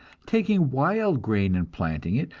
taking wild grain and planting it,